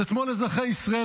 אז אתמול אזרחי ישראל,